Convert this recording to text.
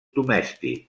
domèstic